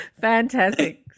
Fantastic